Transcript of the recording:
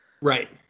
right